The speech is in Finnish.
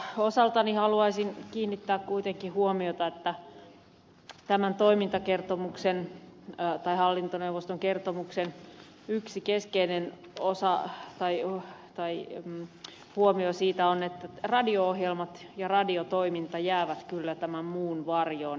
mutta osaltani haluaisin kiinnittää kuitenkin huomiota siihen että tämän hallintoneuvoston kertomuksen yksi keskeinen huomio on että radio ohjelmat ja radiotoiminta jäävät kyllä tämän muun varjoon